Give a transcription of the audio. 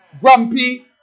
Grumpy